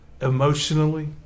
emotionally